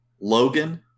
Logan